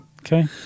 okay